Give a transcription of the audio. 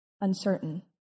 uncertain